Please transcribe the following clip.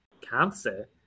cancer